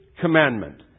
commandment